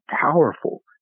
powerful